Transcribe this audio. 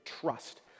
trust